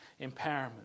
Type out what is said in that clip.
empowerment